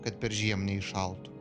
kad peržiem neiššaltų